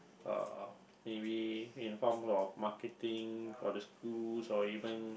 or or maybe in a form of marketing for the schools or even